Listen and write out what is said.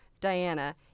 Diana